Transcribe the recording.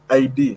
id